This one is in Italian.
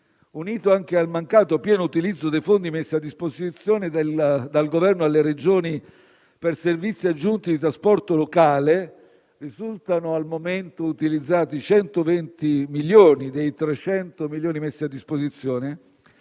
unita al mancato pieno utilizzo dei fondi messi a disposizione dal Governo da parte delle Regioni per servizi aggiuntivi di trasporto locale (risultano al momento utilizzati 120 milioni di euro dei 300 messi a disposizione),